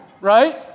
Right